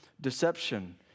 deception